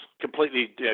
completely